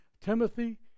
Timothy